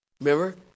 Remember